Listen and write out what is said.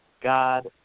God